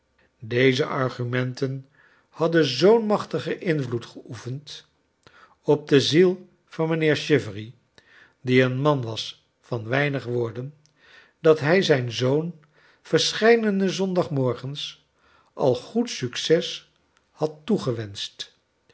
deze argumenten hadden zoo'n machtigen invloed geoefend op de ziel van mijnheer chivery die een man was van weinig woorden dat hij zijn zoon verscheiden zondagmorgens al goed succes had toegewenscht